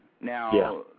Now